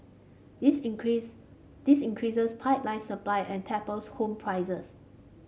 this increase this increases pipeline supply and tapers home prices